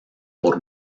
por